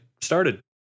started